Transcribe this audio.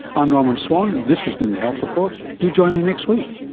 i'm norman swan, this has been the health report, do join me next week